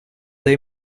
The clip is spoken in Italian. dei